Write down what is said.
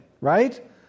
right